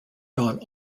gone